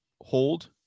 hold